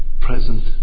present